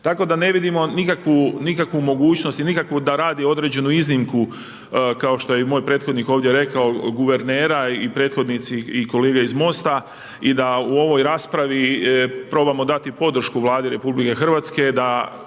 Tako da ne vidimo nikakvu mogućnost i nikakvu da radi određenu iznimku, kao što je moj prethodnik ovdje rekao guvernera i prethodnici i kolege iz Mosta i da u ovoj raspravi probamo dati podršku Vladi RH, da iako